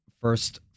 first